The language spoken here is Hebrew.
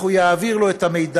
הוא יעביר לו את המידע,